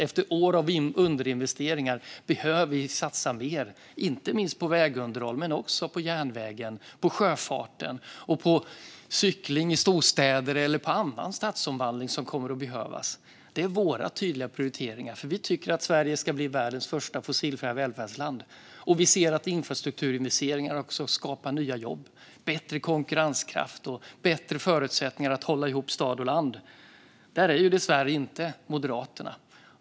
Efter år av underinvesteringar behöver vi satsa mer, inte minst på vägunderhåll men också på järnvägen, på sjöfarten och på cykling i storstäder och annan stadsomvandling som kommer att behövas. Det är våra tydliga prioriteringar, för vi tycker att Sverige ska bli världens första fossilfria välfärdsland. Vi ser också att infrastrukturinvesteringar skapar nya jobb, bättre konkurrenskraft och bättre förutsättningar att hålla ihop stad och land. Där är dessvärre inte Moderaterna.